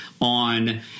on